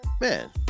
man